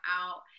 out